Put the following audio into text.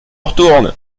retourne